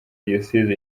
diyosezi